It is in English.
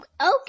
Okay